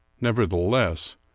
Nevertheless